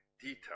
detail